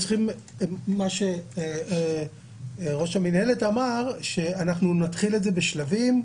מה שראש המנהלת אמר, אנחנו נתחיל את זה בשלבים.